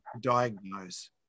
diagnose